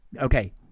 Okay